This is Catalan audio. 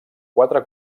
quatre